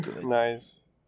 Nice